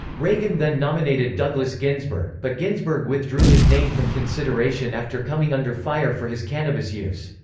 reagan then nominated douglas ginsburg, but ginsburg withdrew his name from consideration after coming under fire for his cannabis use.